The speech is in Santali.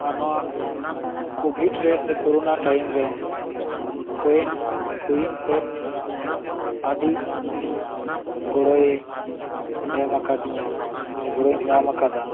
ᱟᱨ ᱱᱚᱣᱟ ᱠᱳᱵᱷᱤᱰᱨᱮ ᱥᱮ ᱠᱚᱨᱩᱱᱟ ᱴᱟᱭᱤᱢᱨᱮ ᱠᱳᱭᱮᱱ ᱠᱳᱭᱤᱱ ᱮᱯ ᱟ ᱰᱤ ᱤᱧ ᱜᱚᱲᱚᱭ ᱮᱢ ᱟᱠᱟᱫᱤᱧᱟ ᱥᱮ ᱜᱚᱲᱚᱧ ᱧᱟᱢ ᱟᱠᱟᱫᱟ